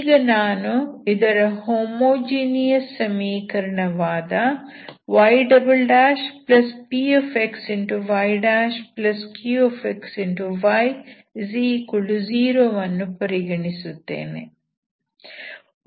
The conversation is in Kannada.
ಈಗ ನಾನು ಇದರ ಹೋಮೋಜೀನಿಯಸ್ ಸಮೀಕರಣವಾದ ypxyqxy0 ವನ್ನು ಪರಿಗಣಿಸುತ್ತೇನೆ